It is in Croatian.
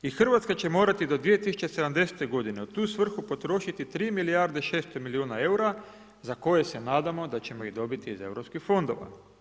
I Hrvatska će morati do 2070. godine u tu svrhu potrošiti 3 milijarde 600 milijuna eura za koje se nadamo da ćemo ih dobiti iz europskih fondova.